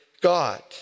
God